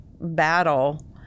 battle